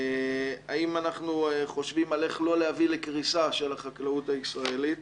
האם אנחנו חושבים על איך לא להביא לקריסה של החקלאות הישראלית,